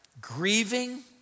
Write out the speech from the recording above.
grieving